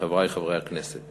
חברי חברי הכנסת,